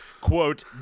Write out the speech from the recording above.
quote